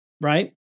right